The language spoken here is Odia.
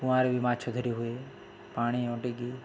କୂଆଁରେ ବି ମାଛ ଧରି ହୁଏ ପାଣି ଅଟିକି